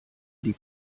die